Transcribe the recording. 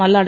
Malladi